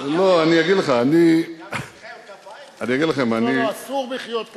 לא, אני אגיד לך: אני, מחיאות כפיים?